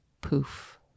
poof